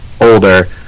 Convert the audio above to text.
older